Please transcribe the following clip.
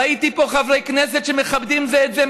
ראיתי פה חברי כנסת שמכבדים זה את זה,